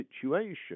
situation